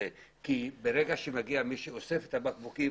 כי ברגע שמגיע מי שאוסף את הבקבוקים,